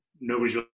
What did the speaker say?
nobody's